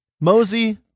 Mosey